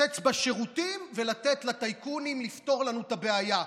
לקצץ בשירותים ולתת לטייקונים לפתור לנו את הבעיה.